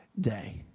day